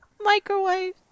Microwave